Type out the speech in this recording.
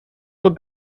two